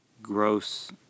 Gross